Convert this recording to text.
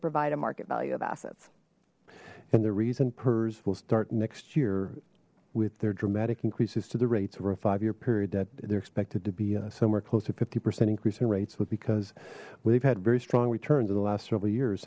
provide a market value of assets and the reason pers will start next year with their dramatic increases to the rates over a five year period that they're expected to be somewhere close to fifty percent increase in rates but because we've had very strong returns in the last several years